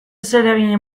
zereginen